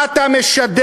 מה אתה משדר,